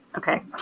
okay,